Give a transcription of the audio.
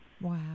Wow